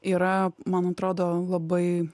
yra man atrodo labai